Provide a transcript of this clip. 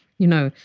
you know,